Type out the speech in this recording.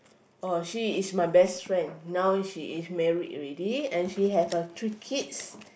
oh she is my best friend now she is married already and she have uh three kids